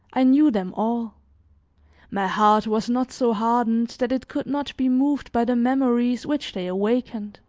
i knew them all my heart was not so hardened that it could not be moved by the memories which they awakened.